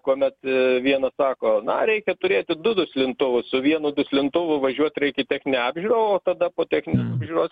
kuomet vienas sako na reikia turėti du duslintuvus su vienu duslintuvu važiuot reik į techninę apžiūrą o tada po techninės apžiūros